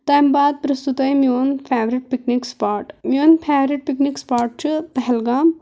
تَمہِ بعد پِرٛژھُو تۄہہِ میون فیورِٹ پِکنِک سُپاٹ میون فیورِٹ پِکنِک سُپاٹ چھُ پہلگام